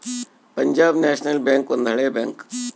Punjab National Bank ಒಂದು ಹಳೆ bank